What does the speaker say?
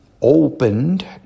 Opened